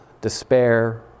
despair